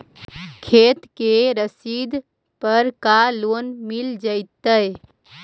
खेत के रसिद पर का लोन मिल जइतै?